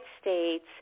States